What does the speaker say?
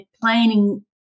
planning